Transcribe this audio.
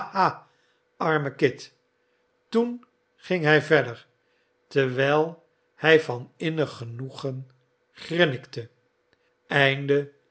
ha arme kit toen ging hij verder terwijl hij van innig genoegen grinnikte